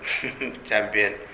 champion